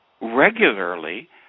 regularly